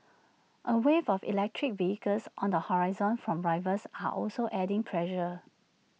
A wave of electric vehicles on the horizon from rivals are also adding pressure